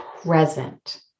present